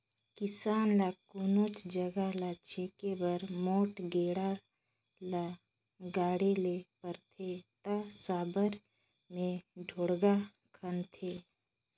किसान ल कोनोच जगहा ल छेके बर मोट गेड़ा ल गाड़े ले परथे ता साबर मे ढोड़गा खनथे